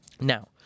now